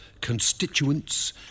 constituents